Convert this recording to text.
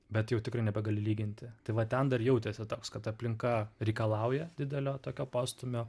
bet jau tikrai nebegali lyginti tai va ten dar jautėsi toks kad aplinka reikalauja didelio tokio postūmio